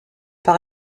par